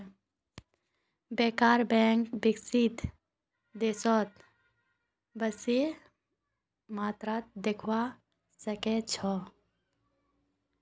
banker बैंकक विकसित देशत बेसी मात्रात देखवा सके छै